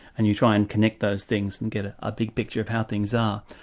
and you try and connect those things and get a ah big picture of how things are.